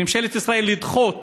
ממשלת ישראל, לדחות